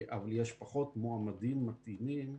אבל יש פחות מועמדים מתאימים,